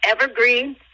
evergreen